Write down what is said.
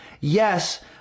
Yes